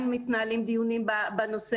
יושבים ועדיין מנהלים דיון בנושאים,